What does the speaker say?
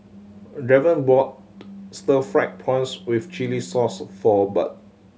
Draven bought stir fried prawns with chili sauce for Barb